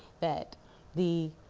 that the